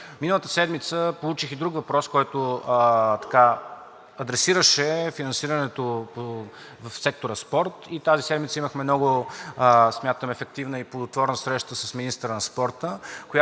Миналата седмица получих и друг въпрос, който адресираше финансирането в сектора „Спорт“ и тази седмица имахме, смятам, много ефективна и плодотворна среща с министъра на спорта,